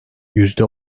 yüzde